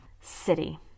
City